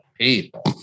people